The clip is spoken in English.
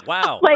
Wow